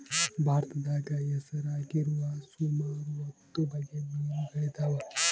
ಭಾರತದಾಗ ಹೆಸರಾಗಿರುವ ಸುಮಾರು ಹತ್ತು ಬಗೆ ಮೀನುಗಳಿದವ